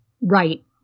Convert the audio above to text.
right